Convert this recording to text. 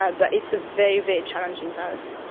ah but it's a very, very challenging virus.